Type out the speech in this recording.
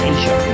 Asia